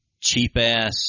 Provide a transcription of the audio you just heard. cheap-ass